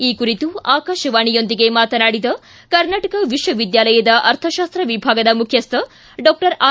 ಈ ಕುರಿತು ಆಕಾಶವಾಣಿಯೊಂದಿಗೆ ಮಾತನಾಡಿದ ಕರ್ನಾಟಕ ವಿಶ್ವವಿದ್ಯಾಲಯದ ಅರ್ಥಶಾಸ್ತ ವಿಭಾಗದ ಮುಖ್ಯಸ್ತ ಡಾಕ್ಟರ್ ಆರ್